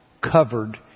covered